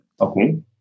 Okay